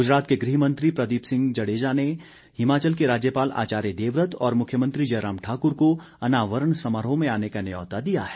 गुजरात के गृहमंत्री प्रदीप सिंह जड़ेजा ने हिमाचल के राज्यपाल आचार्य देववत और मुख्यमंत्री जयराम ठाकुर को अनावरण समारोह में आने का न्यौता दिया है